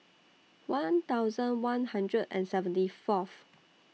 one thousand one hundred and seventy Fourth